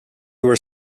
were